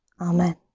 Amen